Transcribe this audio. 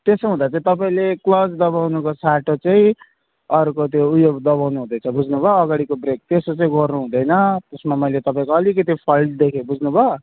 त्यसो हुँदा चाहिँ तपाईँले क्लच दबाउनुको साटो चाहिँ अर्को त्यो ऊ यो दबाउनु हुँदैछ बुझ्नुभयो अगाडिको ब्रेक त्यसो चाहिँ गर्नुहुँदैन त्यसमा मैले तपाईँको अलिकति फल्ट देखेँ बुझ्नुभयो